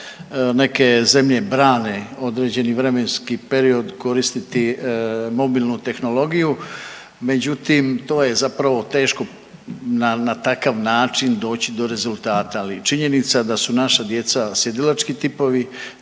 neke zemlje brane određeni vremenski period koristiti mobilnu tehnologiju, međutim to je zapravo teško na takav način doći do rezultata. Ali činjenica je da su naša djeca sjedilački tipovi,